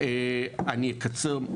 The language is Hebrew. כן, אני אקצר.